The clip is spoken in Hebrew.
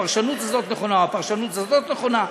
האם הפרשנות הזאת נכונה או הפרשנות הזאת נכונה?